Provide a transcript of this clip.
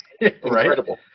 incredible